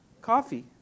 Coffee